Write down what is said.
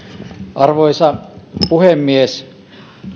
arvoisa puhemies